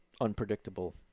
unpredictable